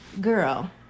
Girl